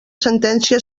sentència